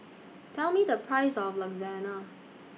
Tell Me The Price of Lasagna